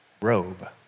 robe